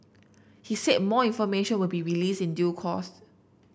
he said more information would be released in due course